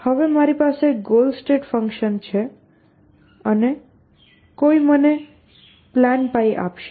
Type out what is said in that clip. હવે મારી પાસે ગોલ ટેસ્ટ ફંકશન છે અને કોઈ મને પ્લાન π આપશે